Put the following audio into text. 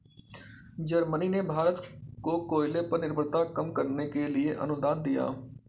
Germany ने भारत को कोयले पर निर्भरता कम करने के लिए अनुदान दिया